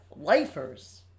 lifers